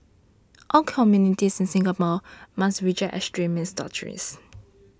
all communities in Singapore must reject extremist doctrines